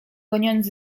goniąc